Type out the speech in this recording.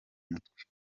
mutwe